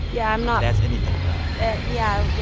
yeah, i'm not. that's anything but and yeah yeah,